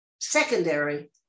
secondary